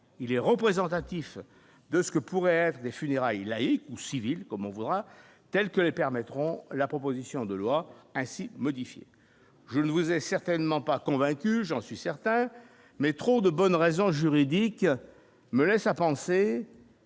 il est représentatif de ce que pourrait être des funérailles laïques ou civil comme on voudra-t-elle que le permettront la proposition de loi ainsi modifiée, je ne vous ai certainement pas convaincu, j'en suis certain mais trop de bonnes raisons juridiques me laisse à penser